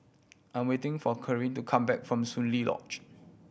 I am waiting for Karlie to come back from Soon Lee Lodge